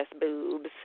boobs